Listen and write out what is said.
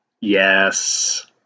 Yes